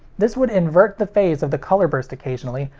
this would invert the phase of the colorburst occasionally,